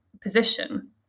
position